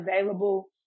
available